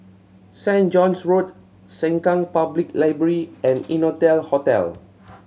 Saint John's Road Sengkang Public Library and Innotel Hotel